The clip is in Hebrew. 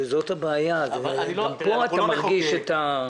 גם פה אתה מרגיש את זה.